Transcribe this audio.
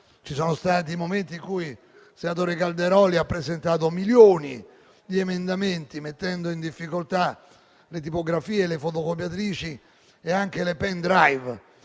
ci sono stati momenti in cui ha presentato milioni di emendamenti, mettendo in difficoltà le tipografie, le fotocopiatrici e anche le *pen drive*